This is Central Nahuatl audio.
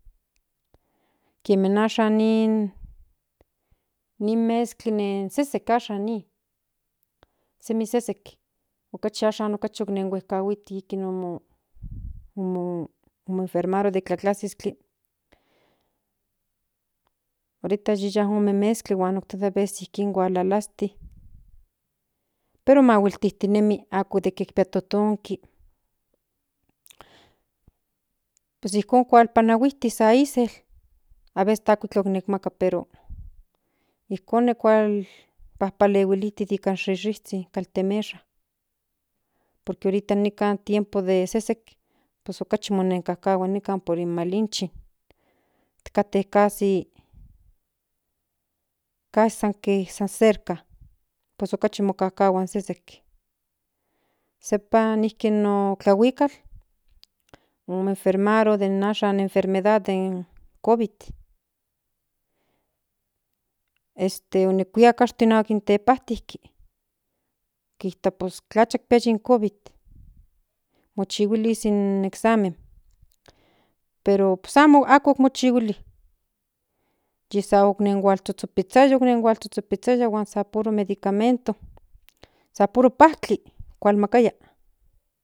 Kieme ashan nin mezkli nen sesek ahan nin semi sesek okachi ashan kachin nen huejkahuiti kin momo enfermaro de tlatlazistli ahoriata yiuya ome mezkli huan hualalastli pero mah7uiltintinemi ako de kinpia totonki pues ijkon hualpanahuisti sa izel aveces hasta amikla kinmaka pero ijkon palehuilijti nika shaltimesha por que nikan tiempo se sesek pues okachi monenkajkahua nikan por in malincha kate kasi kasi san cerca tos okachi mokajkahua in sesek sepan nijki no tlahuikal monenfermaro den ashan in enfermedad den covid este onikuika ashto in tepajtintin kitua pues tlacha yik pia in covid mochihuili in examen pero pues ako mochihuili ye se anon huapiziaya hula pizhuaya huan san puro medicamento san puro pajtli ikinmakaya.